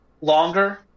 longer